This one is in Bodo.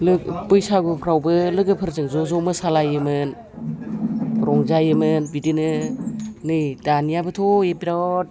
बैसागुफ्रावबो लोगोफोरजों ज'ज' मोसालायोमोन रंजायोमोन बिदिनो नै दानियाबोथ' बिराद